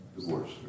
Divorce